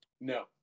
No